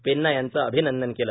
पेन्ना यांचे अभिनंदन केले